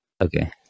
Okay